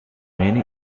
many